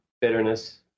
bitterness